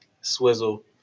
Swizzle